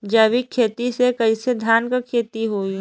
जैविक खेती से कईसे धान क खेती होई?